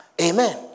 Amen